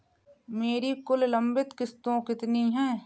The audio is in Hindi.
मेरी कुल लंबित किश्तों कितनी हैं?